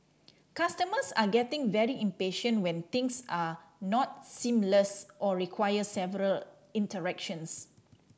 customers are getting very impatient when things are not seamless or require several interactions